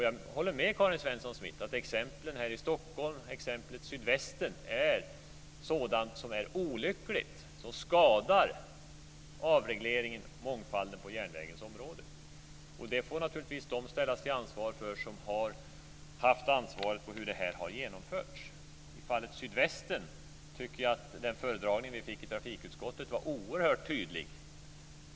Jag håller med Karin Svensson Smith om att exemplen här i Stockholm och exemplet Sydvästen är olyckliga och skadar avregleringen och mångfalden på järnvägens område. Och naturligtvis ligger ansvaret för detta på dem som har haft ansvaret för hur detta har genomförts. I fallet Sydvästen tycker jag att den föredragning som vi fick i trafikutskottet var oerhört tydlig.